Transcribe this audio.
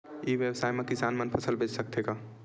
ई व्यवसाय म किसान मन फसल बेच सकथे का?